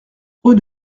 rue